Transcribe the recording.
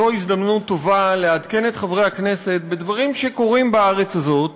זו הזדמנות טובה לעדכן את חברי הכנסת בדברים שקורים בארץ הזאת